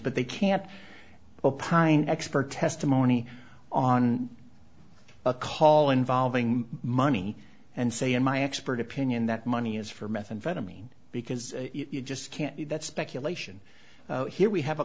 but they can't opine expert testimony on a call involving money and say in my expert opinion that money is for methamphetamine because it just can't be that's speculation here we have a